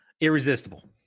irresistible